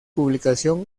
publicación